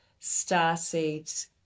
starseeds